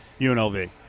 UNLV